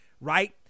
Right